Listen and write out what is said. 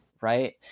right